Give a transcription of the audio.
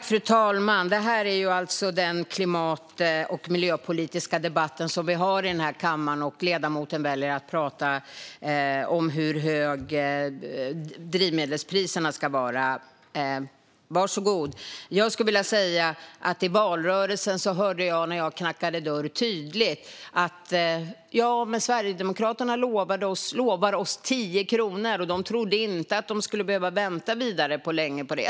Fru talman! Detta är den klimat och miljöpolitiska debatt som vi har i denna kammare, och ledamoten väljer att prata om hur höga drivmedelspriserna ska vara - varsågod! När jag i valrörelsen knackade dörr hörde jag detta tydligt: Ja, men Sverigedemokraterna lovar oss 10 kronor. De trodde inte att de skulle behöva vänta så länge på det.